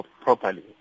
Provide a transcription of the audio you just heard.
properly